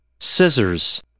Scissors